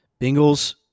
Bengals